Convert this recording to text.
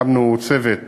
הקמנו צוות